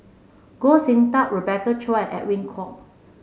Goh Sin Tub Rebecca Chua and Edwin Koek